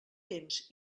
temps